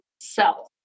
self